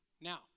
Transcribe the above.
Now